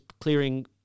clearing